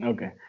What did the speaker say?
Okay